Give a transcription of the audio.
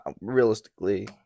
realistically